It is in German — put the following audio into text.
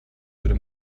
würde